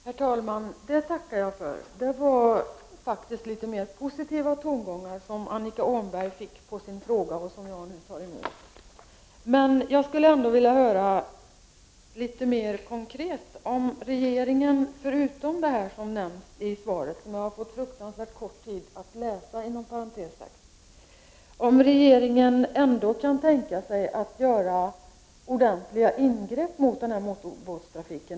Herr talman! Det tackar jag för! Det var faktiskt litet mer positiva tongångar i det svar som Annika Åhnberg fick på sin fråga och som jag nu tar emot. Men jag skulle ändå vilja höra litet mer konkret om regeringen, förutom det som nämns i svaret och som jag har haft fruktansvärt kort tid att läsa. Kan regeringen ändå tänka sig att göra ordentliga ingrepp mot denna motorbåtstrafik?